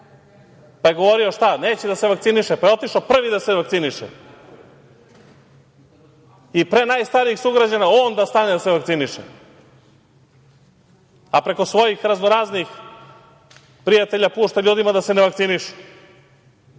Pa, je govorio da neće da se vakciniše, pa je otišao prvi da se vakciniše. I pre najstarijih sugrađana on da stane da se vakciniše, a preko svojih raznoraznih prijatelja pušta ljudima da se ne vakcinišu.